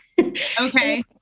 Okay